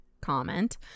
comment